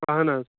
اہَن حظ